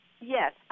Yes